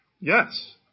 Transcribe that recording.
Yes